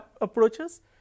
approaches